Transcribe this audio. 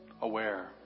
aware